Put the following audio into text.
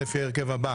לפי ההרכב הבא